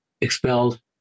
Expelled